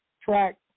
track